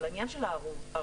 אבל העניין של הערבות